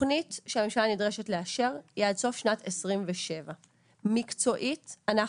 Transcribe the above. התוכנית שהממשלה נדרשת לאשר היא עד סוף שנת 2027. מקצועית אנחנו